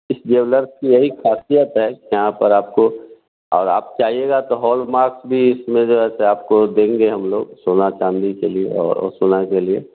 इस ज्वेलर्स की यही खासियत है यहाँ पर आपको और आप चाहिएगा तो हॉलमार्क भी इसमें जैसे आपको देंगे हम लोग सोना चाँदी के लिए और सोना के लिए